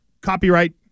copyright